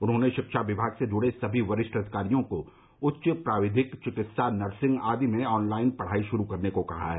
उन्होंने शिक्षा विभाग से जुड़े सभी वरिष्ठ अधिकारियों को उच्च प्राविधिक चिकित्सा नर्सिंग आदि में ऑनलाइन पढ़ाई शुरू करने को कहा है